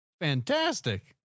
fantastic